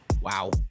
Wow